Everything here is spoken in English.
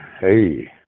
Hey